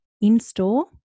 in-store